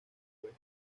oeste